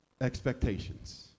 expectations